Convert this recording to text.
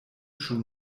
schon